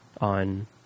on